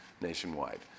nationwide